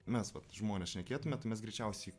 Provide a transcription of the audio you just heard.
mes vat žmonės šnekėtume tai mes greičiausiai